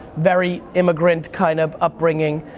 very immigrant kind of upbringing.